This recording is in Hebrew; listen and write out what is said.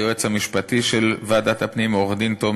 ליועץ המשפטי של ועדת הפנים עורך-דין תומר